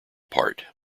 part